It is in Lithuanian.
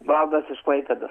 valdas iš klaipėdos